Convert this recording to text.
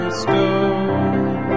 stone